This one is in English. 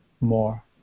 more